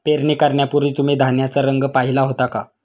पेरणी करण्यापूर्वी तुम्ही धान्याचा रंग पाहीला होता का?